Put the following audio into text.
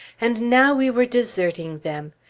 and now we were deserting them!